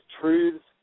truths